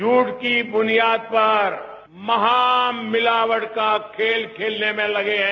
झूठ की बुनियाद पर महामिलावट का खेल खेलने में लगे हैं